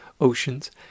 Oceans